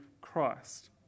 Christ